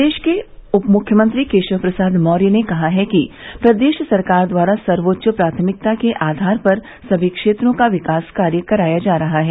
प्रदेश के उप मृख्यमंत्री केशव प्रसाद मौर्य ने कहा है कि प्रदेश सरकार द्वारा सर्वोच्च प्राथमिकता के आधार पर सभी क्षेत्रों का विकास कार्य कराया जा रहा है